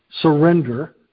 surrender